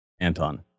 Anton